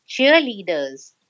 cheerleaders